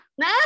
no